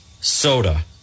soda